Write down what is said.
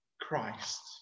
Christ